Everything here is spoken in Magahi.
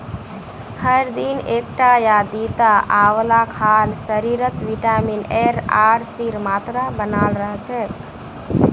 हर दिन एकटा या दिता आंवला खाल शरीरत विटामिन एर आर सीर मात्रा बनाल रह छेक